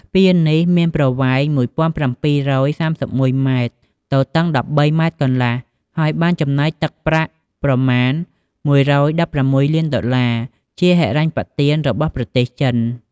ស្ពាននេះ មានប្រវែង ១៧៣១ម៉ែត្រ ទទឹង ១៣ម៉ែត្រកន្លះ ហើយបានចំណាយទឹកប្រាក់ប្រមាណ ១១៦ លានដុល្លារ ជាហិរញ្ញប្បទានរបស់ប្រទេសចិន។